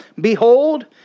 Behold